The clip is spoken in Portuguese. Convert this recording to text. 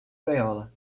gaiola